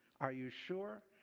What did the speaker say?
are you sure?